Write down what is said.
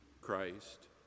Christ